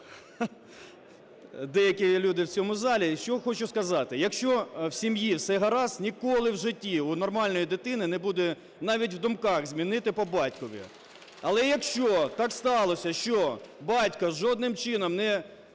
деякі люди в цьому залі. Що хочу сказати. Якщо в сім'ї все гаразд, ніколи в житті у нормальної дитини не буде навіть в думках змінити по батькові. Але якщо так сталося, що батько жодним чином не